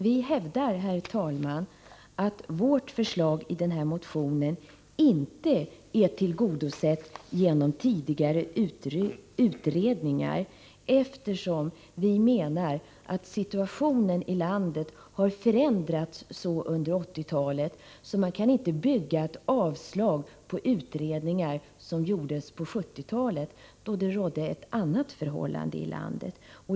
Vi hävdar, herr talman, att vårt förslag i denna motion inte är tillgodosett genom tidigare utredningar, eftersom vi menar att situationen i landet har förändrats under 1980-talet. Man kan inte bygga ett avslag på utredningar som gjordes på 1970-talet, då det rådde ett annat förhållande i landet.